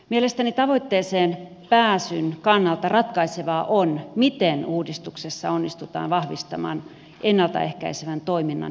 mielestäni tavoitteeseen pääsyn kannalta ratkaisevaa on miten uudistuksessa onnistutaan vahvistamaan ennalta ehkäisevän toiminnan painoarvoa